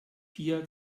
pia